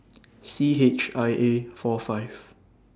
C H I A four five